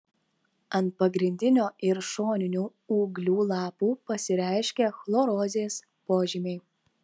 ant pagrindinio ir šoninių ūglių lapų pasireiškia chlorozės požymiai